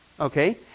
okay